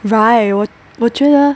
right 我我觉得